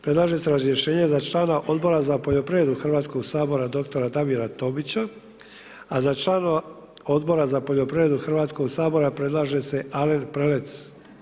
Predlaže se razrješenje za člana Odbora za poljoprivredu Hrvatskog sabora dr. Damira Tomića, a za članova Odbora za poljoprivredu Hrvatskog sabora predlaže se Alen Prelec.